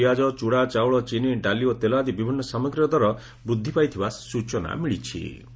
ଆଳୁ ପିଆଜ ଚୁଡ଼ା ଚାଉଳ ଚିନି ଡାଲି ଓ ତେଲ ଆଦି ବିଭିନ୍ନ ସାମଗ୍ରୀର ଦର ବୃଦ୍ଧି ପାଇଥିବା ସୂଚନା ମିଳିଛି